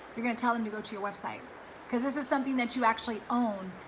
you're gonna tell them to go to your website cause this is something that you actually own.